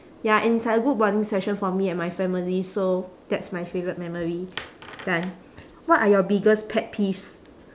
ya and it's like a good bonding session for me and my family so that's my favourite memory done what are your biggest pet peeves